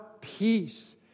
peace